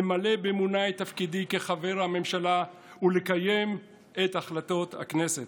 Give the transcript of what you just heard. למלא באמונה את תפקידי כחבר הממשלה ולקיים את החלטות הכנסת.